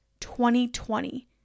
2020